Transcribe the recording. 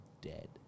dead